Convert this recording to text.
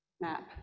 Map